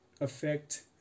affect